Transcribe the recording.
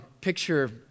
picture